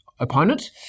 opponent